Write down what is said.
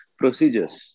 procedures